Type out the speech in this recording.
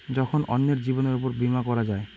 কখন অন্যের জীবনের উপর বীমা করা যায়?